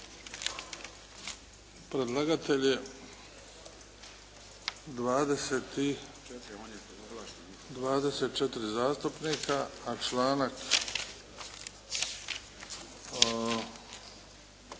Predlagatelj je 24 zastupnika, a članak